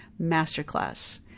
masterclass